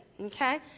okay